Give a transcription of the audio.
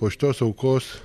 po šitos aukos